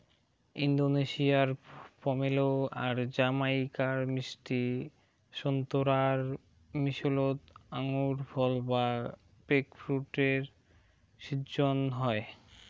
ইন্দোনেশিয়ার পমেলো আর জামাইকার মিষ্টি সোন্তোরার মিশোলোত আঙুরফল বা গ্রেপফ্রুটের শিজ্জন হই